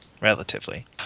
relatively